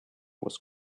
was